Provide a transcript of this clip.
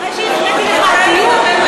אחרי שהחמאתי לך על הדיון,